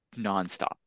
nonstop